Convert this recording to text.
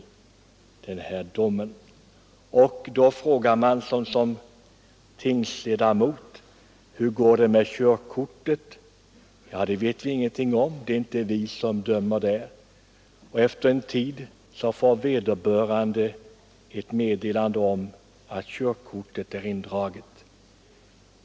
Det upplevs då som en oerhörd brist att frågan om hur det går med körkortet avgörs av ett annat organ. Efter en tid får vederbörande kanske ett meddelande om att körkortet blivit indraget.